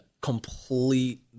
complete